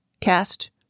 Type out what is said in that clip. cast